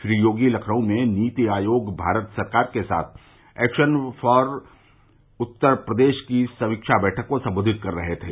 श्री योगी लखनऊ में नीति आयोग भारत सरकार के साथ action plan for Uttar Pradesh की समीक्षा बैठक को संबोधित कर रहे थे